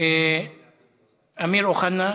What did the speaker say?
אמיר אוחנה,